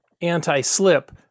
anti-slip